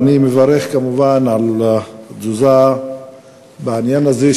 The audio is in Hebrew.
אני מברך כמובן על התזוזה בעניין הזה,